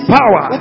power